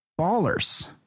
Ballers